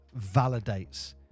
validates